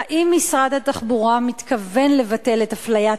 האם משרד התחבורה מתכוון לבטל את אפליית